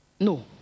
No